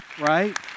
right